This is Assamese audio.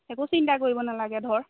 একো চিন্তা কৰিব নালাগে ধৰক